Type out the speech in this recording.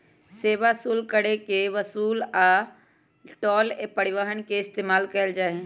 सेवा शुल्क कर के वसूले ला टोल या परिवहन के इस्तेमाल कइल जाहई